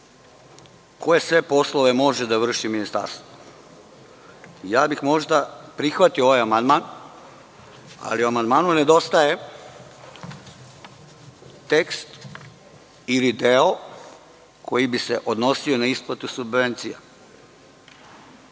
koje sve poslove može da vrši ministarstvo. Možda bih prihvatio ovaj amandman, ali amandmanu nedostaje tekst ili deo koji bi se odnosio na isplatu subvencija. Dakle,